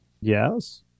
Yes